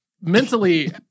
mentally